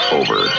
over